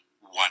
One